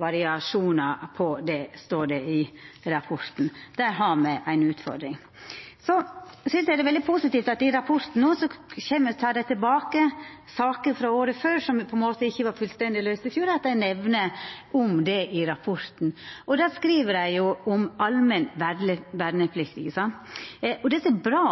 variasjonar, står det i rapporten. Der har me ei utfordring. Eg synest det er veldig positivt at dei i rapporten no kjem tilbake til saker frå året før som på ein måte ikkje var fullstendig løyste i fjor, og dei nemner det i rapporten. Då skriv dei om allmenn verneplikt. Det som er bra